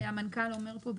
כפי שהמנכ"ל אומר פה,